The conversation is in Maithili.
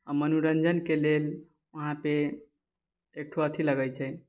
आओर मनोरञ्जनके लेल उहाँ पर एकठो अथि लगै छै